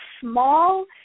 small